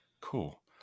Cool